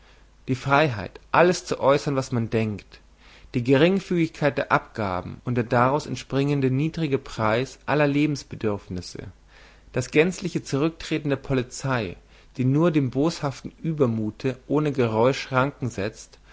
die freiheit alles zu äußern was man denkt die geringfügigkeit der abgaben und der daraus entspringende niedrige preis aller lebensbedürfnisse das gänzliche zurücktreten der polizei die nur dem boshaften übermute ohne geräusch schranken setzt